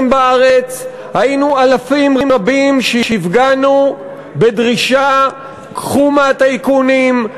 בארץ היינו אלפים רבים שהפגנו בדרישה: קחו מהטייקונים,